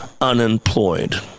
unemployed